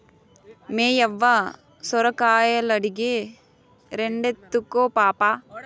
మేయవ్వ సొరకాయలడిగే, రెండెత్తుకో పాపా